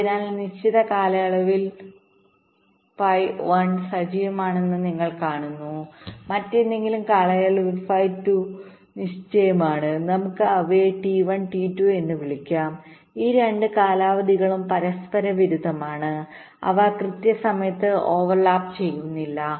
അതിനാൽ നിശ്ചിത കാലയളവിൽ ph 1 സജീവമാണെന്ന് നിങ്ങൾ കാണുന്നു മറ്റേതെങ്കിലും കാലയളവിൽ ph 2 നിശ്ചയമാണ് നമുക്ക് അവയെ T1 T2 എന്ന് വിളിക്കാം ഈ രണ്ട് കാലാവധികളും പരസ്പരവിരുദ്ധമാണ് അവ കൃത്യസമയത്ത് ഓവർലാപ്പ് ചെയ്യുന്നില്ല